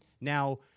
Now